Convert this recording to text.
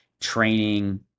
training